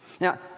Now